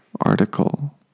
article